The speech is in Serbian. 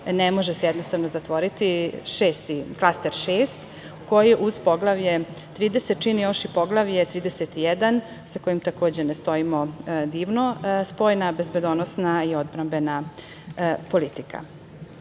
ne može se jednostavno zatvoriti klaster šest, koji uz Poglavlje 30 čini još i Poglavlje 31 sa kojim, takođe, ne stojimo divno, spoljna bezbednosna i odbrambena politika. Pored